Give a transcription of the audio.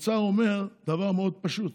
האוצר אומר דבר מאוד פשוט.